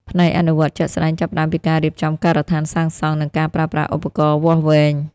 ផ្នែកអនុវត្តជាក់ស្តែងចាប់ផ្តើមពីការរៀបចំការដ្ឋានសាងសង់និងការប្រើប្រាស់ឧបករណ៍វាស់វែង។